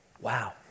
Wow